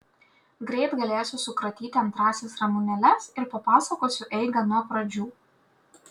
greit galėsiu sukratyti antrąsias ramunėles ir papasakosiu eigą nuo pradžių